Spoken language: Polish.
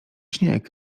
śnieg